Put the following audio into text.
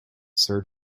sir